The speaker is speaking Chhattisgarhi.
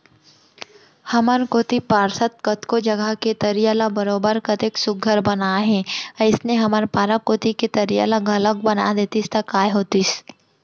हमर कोती पार्षद कतको जघा के तरिया ल बरोबर कतेक सुग्घर बनाए हे अइसने हमर पारा कोती के तरिया ल घलौक बना देतिस त काय होतिस